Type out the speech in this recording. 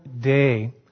day